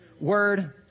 word